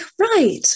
right